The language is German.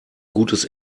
gutes